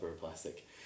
plastic